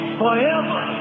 forever